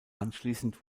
anschließend